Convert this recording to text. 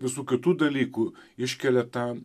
visų kitų dalykų iškelia tą